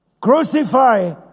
Crucify